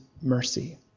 mercy